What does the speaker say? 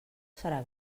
serà